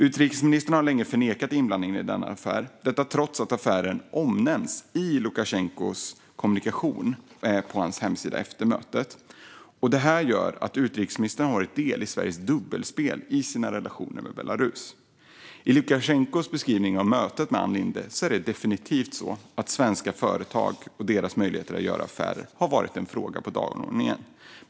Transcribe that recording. Utrikesministern har länge förnekat inblandning i denna affär, trots att affären omnämns i Lukasjenkos kommunikation på hans hemsida efter mötet. Detta gör att utrikesministern varit en del av Sveriges dubbelspel i sina relationer med Belarus. Enligt Lukasjenkos beskrivning av mötet med Ann Linde är det definitivt så att svenska företag och deras möjligheter att göra affärer varit en fråga på dagordningen.